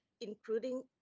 including